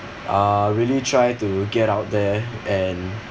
uh really try to get out there and